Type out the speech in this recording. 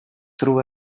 through